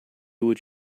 what